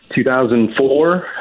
2004